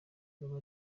ruba